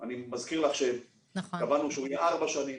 אני מזכיר לך שקבענו שהוא יהיה לארבע שנים.